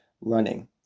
running